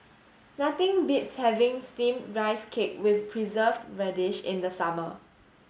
nothing beats having steamed rice cake with preserved radish in the summer